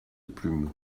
plumes